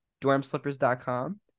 DormSlippers.com